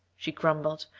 she grumbled.